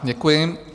Děkuji.